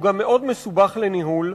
הוא גם מאוד מסובך לניהול.